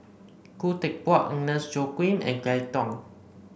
Khoo Teck Puat Agnes Joaquim and Kelly Tang